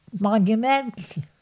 monumental